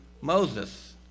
Moses